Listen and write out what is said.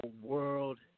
world